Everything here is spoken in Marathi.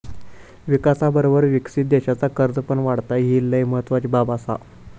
विकासाबरोबर विकसित देशाचा कर्ज पण वाढता, ही लय महत्वाची बाब आसा